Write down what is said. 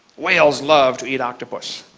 whales love to eat octopus.